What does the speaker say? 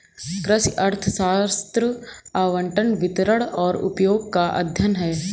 कृषि अर्थशास्त्र आवंटन, वितरण और उपयोग का अध्ययन है